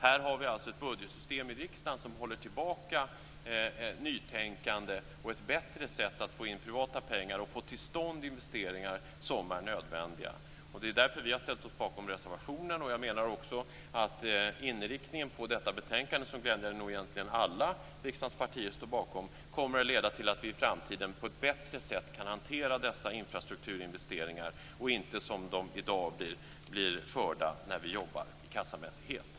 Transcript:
Här har vi alltså ett budgetsystem i riksdagen som håller tillbaka ett nytänkande och ett bättre sätt att få in privata pengar och få till stånd investeringar som är nödvändiga. Det är därför som vi har ställt oss bakom reservationen. Jag menar också att inriktningen på detta betänkande, som glädjande nog egentligen alla riksdagens partier står bakom, kommer att leda till att vi i framtiden på ett bättre sätt kan hantera dessa infrastrukturinvesteringar och inte som de i dag blir förda när vi jobbar i kassamässighet.